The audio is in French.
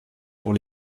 pour